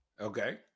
Okay